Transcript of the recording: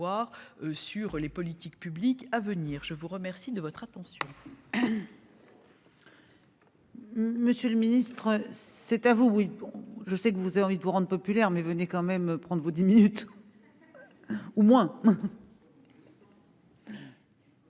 sur les politiques publiques à venir, je vous remercie de votre attention.